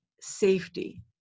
safety